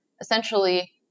essentially